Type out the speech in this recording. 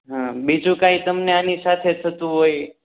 હં બીજું કંઈ તમને આની સાથે થતું હોય